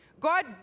God